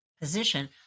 position